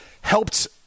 helped